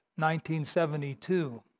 1972